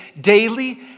daily